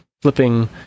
flipping